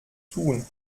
tun